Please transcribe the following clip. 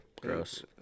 gross